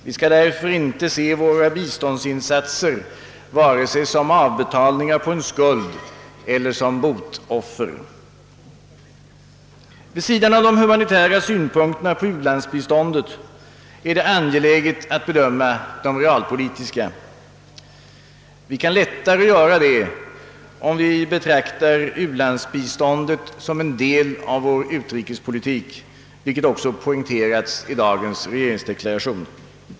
Vi skall därför inte se våra biståndsinsatser vare sig som avbetalningar på en skuld eller som botoffer. Vid sidan av de humanitära synpunkterna på u-landsbiståndet är det angeläget att bedöma de realpolitiska. Vi kan lättare göra det, om vi betraktar u-landsbiståndet som en del av vår utrikespolitik, vilket också poängterats i dagens regeringsdeklaration.